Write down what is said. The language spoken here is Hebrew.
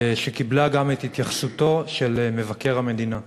שקיבלה גם את התייחסותו של מבקר המדינה.